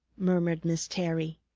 murmured miss terry,